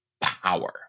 power